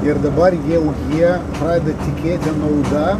ir dabar jau jie pradeda tikėti nauda